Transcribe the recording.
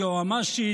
היועמ"שית,